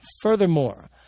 Furthermore